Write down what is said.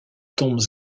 tombes